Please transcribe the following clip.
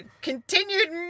continued